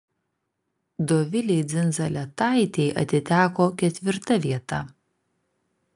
dovilei dzindzaletaitei atiteko ketvirta vieta